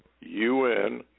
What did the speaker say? UN